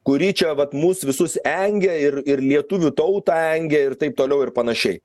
kuri čia vat mus visus engia ir ir lietuvių tautą engia ir taip toliau ir panašiai